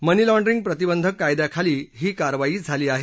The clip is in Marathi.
मनीलाँड्रिंग प्रतिबंधक कायद्याखाली ही कारवाई झाली आहे